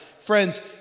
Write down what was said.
Friends